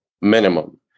minimum